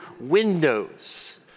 windows